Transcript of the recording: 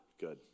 good